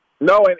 No